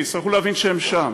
ויצטרכו להבין שהם שם.